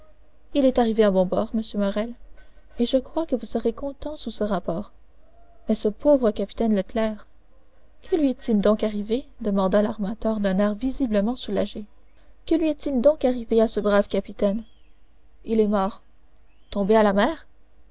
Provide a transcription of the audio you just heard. il est arrivé à bon port monsieur morrel et je crois que vous serez content sous ce rapport mais ce pauvre capitaine leclère que lui est-il donc arrivé demanda l'armateur d'un air visiblement soulagé que lui est-il donc arrivé à ce brave capitaine il est mort tombé à la mer